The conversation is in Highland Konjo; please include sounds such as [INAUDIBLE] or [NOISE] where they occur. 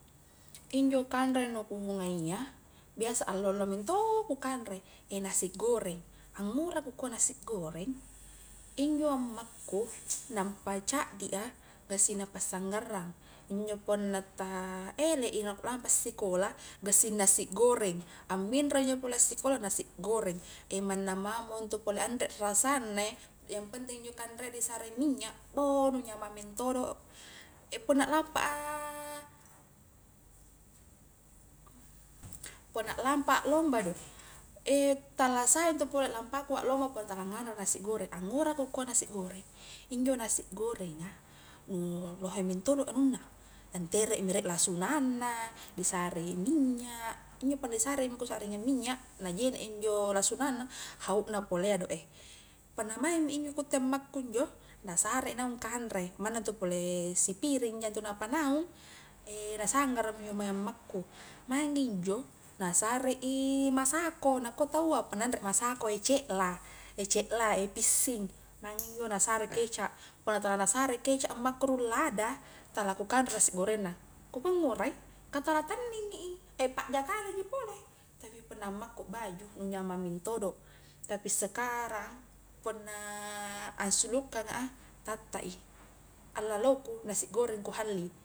Injo kanre nu ku ngai a, biasa allo-allo mento ku kanre, [HESITATION] nasi goreng, angngura ku kua nasi goreng, injo ammaku nampa caddi a, gassing naa passanggarrang, injo punna ta elek i na ku lampa sikola gassing nasi goreng, amminro injo pole sikola nasi goreng, [HESITATION] manna mamo intu pole anre rasanna yang penting injo kanrea di sare minnya', bou nu nyamang mentodo' [HESITATION] punna lampa a punna lampa a lomba do, [HESITATION] tala sah intu polo lampaku aklomba punna tala nganre a nasi goreng, angura ku kua nasi goreng injo nasi gorenga, nu lohe mentodo anunna, ntere mi rek lasunanna, di sare i minnya', injo punna disare mi kusakring minnya na jene injo lasunanna, haukna pole do e, punna maing mi ku utte ammaku injo na sare naung kanre, manna intu pole sipiring ja intu na panaung, [HESITATION] na sanggara mi injo mae ammaku maing injo na sare i masako, nakua taua punna anre masako cekla, [HESITATION] cekla, [HESITATION] pissing, maing injo na sare keca', punna tala na sare keca' ammaku rung lada, tala ku kanre nasi goreng na, ku kua ngurai ka tala tanningi i, [HESITATION] pakja kale ji pole, tapi punna ammaku akbaju nu nyamang mentodo, tapi sekarang punna [HESITATION] ansulukanga, tatta i alallo ku nasi goreng ku halli.